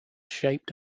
shaped